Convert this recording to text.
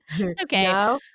okay